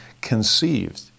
conceived